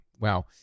wow